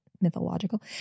mythological